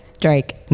Drake